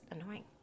annoying